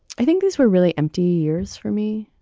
i think these were really empty years for me.